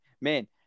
man